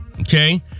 okay